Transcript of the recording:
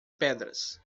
pedras